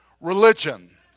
religion